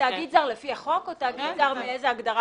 זה תאגיד זר לפי החוק או מאיזו הגדרה?